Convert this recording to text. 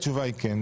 התשובה היא כן.